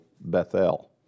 Bethel